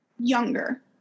younger